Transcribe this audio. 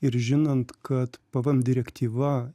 ir žinant kad pvm direktyva